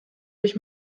durch